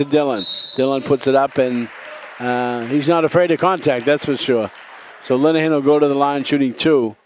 to dylan's bill and puts it up and he's not afraid to contact that's for sure so